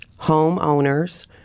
homeowners